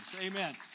Amen